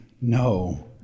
No